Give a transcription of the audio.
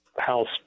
house